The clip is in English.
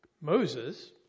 Moses